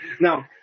now